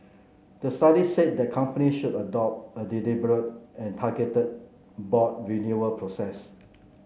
the study said that companies should adopt a deliberate and targeted board renewal process